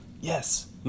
yes